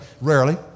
rarely